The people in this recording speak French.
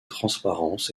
transparence